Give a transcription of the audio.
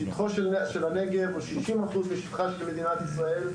שטחו של הנגב הוא 60% משטחה של מדינת ישראל,